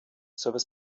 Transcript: service